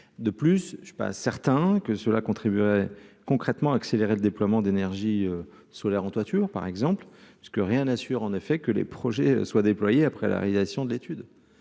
de plus, je suis pas certain que cela contribuerait concrètement accélérer le déploiement d'énergies solaires en toiture par exemple ce que rien n'assure en effet que les projets soient déployés après la réalisation de l'étude.